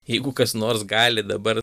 jeigu kas nors gali dabar